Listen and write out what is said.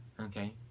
Okay